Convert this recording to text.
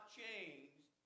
changed